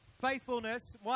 faithfulness